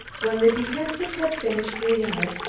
when the detective had finished reading it,